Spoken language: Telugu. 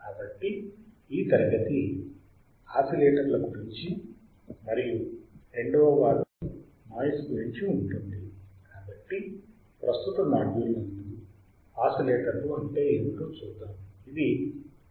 కాబట్టి ఈ తరగతి ఆసిలేటర్లు గురించి మరియు రెండవ భాగంనాయిస్ గురించి ఉంటుంది కాబట్టి ప్రస్తుత మాడ్యూల్స్ నందు ఆసిలేటర్లు అంటే ఏమిటో చూద్దాము ఇది క్లాస్ నంబర్ 12